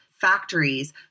factories